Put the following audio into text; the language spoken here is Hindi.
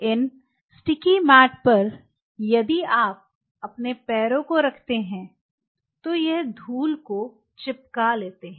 इन स्टिकी मैट पर यदि आप अपने पैरों को रखते हैं तो यह धूल को चिपका लेते हैं